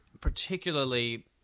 particularly